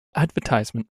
advertisement